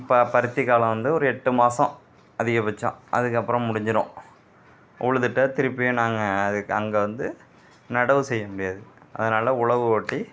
இப்போ பருத்தி காலம் வந்து ஒரு எட்டு மாசம் அதிக பட்சம் அதுக்கப்புறம் முடிஞ்சிரும் உழுதுட்டு திருப்பியும் நாங்கள் அதுக்கு அங்கே வந்து நடவு செய்ய முடியாது அதனால உழவு ஓட்டி